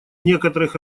некоторых